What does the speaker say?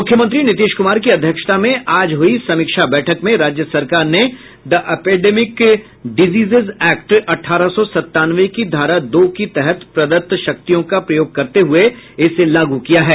मुख्यमंत्री नीतीश कुमार की अध्यक्षता में आज हुई समीक्षा बैठक में राज्य सरकार ने दि एपिडेमिक डिजीजेज एक्ट अठारह सौ संतानवे की धारा दो की तहत प्रदत्त शक्तियों का प्रयोग करते हुये इसे लागू किया है